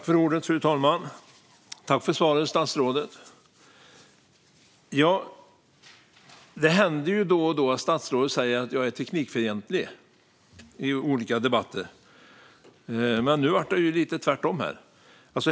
Fru talman! Tack för svaret, statsrådet! Det händer då och då i olika debatter att statsrådet säger att jag är teknikfientlig. Men nu blev det lite tvärtom.